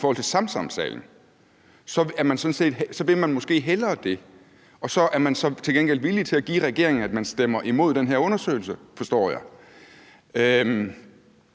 i forhold til Samsamsagen, vil man måske hellere det, og så er man så til gengæld villig til at give regeringen det, at man stemmer imod den her undersøgelse, forstår jeg.